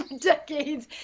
decades